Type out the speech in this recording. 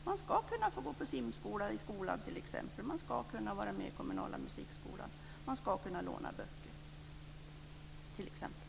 Man ska kunna få gå på simskola i skolan, man ska kunna vara med i den kommunala musikskolan och man ska kunna låna böcker t.ex.